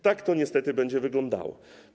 Tak to niestety będzie wyglądało.